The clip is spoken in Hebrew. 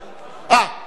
סליחה,